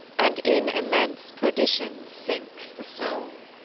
and in immense perdition sinks the soul.